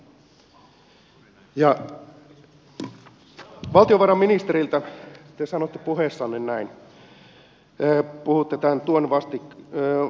valtiovarainministeri te sanoitte puheessanne näin puhutte tämän tuen vastikkeellisuudesta